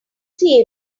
see